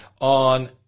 on